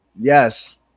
yes